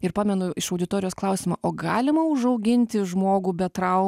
ir pamenu iš auditorijos klausimą o galima užauginti žmogų be trau